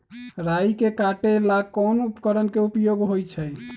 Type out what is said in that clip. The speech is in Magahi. राई के काटे ला कोंन उपकरण के उपयोग होइ छई?